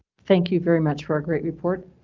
thank you very much for a great report.